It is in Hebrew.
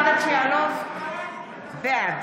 (קוראת בשמות חברי הכנסת) אלינה ברדץ' יאלוב, בעד